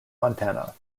montana